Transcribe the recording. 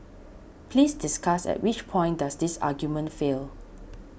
please discuss at which point does this argument fail